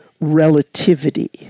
relativity